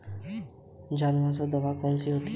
जवारनाशक दवा कौन सी है?